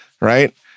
right